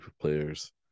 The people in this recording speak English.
players